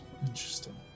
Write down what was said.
Interesting